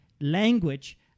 language